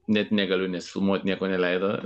net negaliu nes filmuot nieko neleido